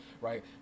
right